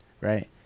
right